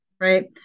right